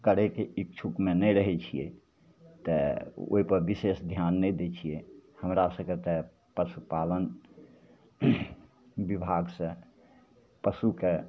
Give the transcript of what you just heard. करैके इच्छुकमे नहि रहै छिए तेँ ओहिपर विशेष धिआन नहि दै छिए हमरा सभकेँ तऽ पशुपालन विभागसे पशुकेँ